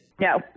No